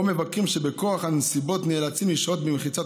או מבקרים שמכורח הנסיבות נאלצים לשהות במחיצת